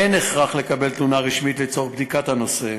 אין הכרח לקבל תלונה רשמית לצורך בדיקת הנושא,